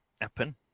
Happen